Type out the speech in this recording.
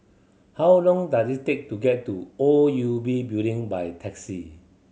how long does it take to get to O U B Building by taxi